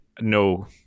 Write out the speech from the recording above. no